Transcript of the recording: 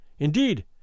Indeed